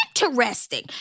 interesting